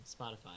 Spotify